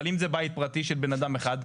אבל אם זה בית פרטי של בנאדם אחד,